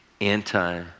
anti-